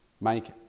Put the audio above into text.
make